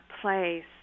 place